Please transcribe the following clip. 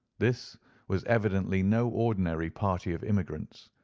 this was evidently no ordinary party of immigrants,